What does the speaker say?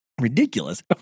ridiculous